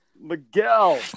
Miguel